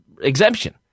exemption